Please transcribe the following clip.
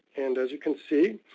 and as you can see,